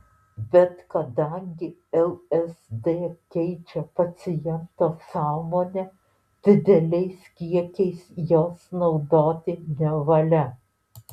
bet kadangi lsd keičia paciento sąmonę dideliais kiekiais jos naudoti nevalia